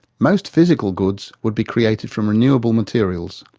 most physical goods would be created from renewable materials,